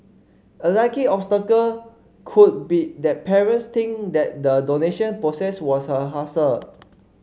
a likely obstacle could be that parents think that the donation process was a hassle